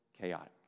chaotic